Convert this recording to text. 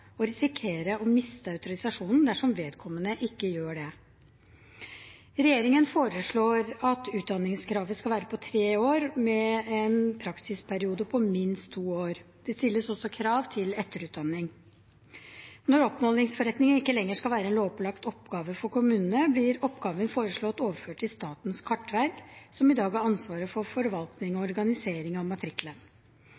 landmåleren risikerer å miste autorisasjonen dersom vedkommende ikke gjør det. Regjeringen foreslår at utdanningskravet skal være på tre år og med en praksisperiode på minst to år. Det stilles også krav til etterutdanning. Når oppmålingsforretning ikke lenger skal være en lovpålagt oppgave for kommunene, blir oppgaven foreslått overført til Statens kartverk, som i dag har ansvaret for forvaltning og